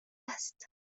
است